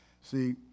See